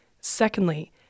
Secondly